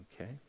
Okay